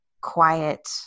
quiet